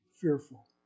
fearful